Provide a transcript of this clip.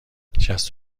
شصت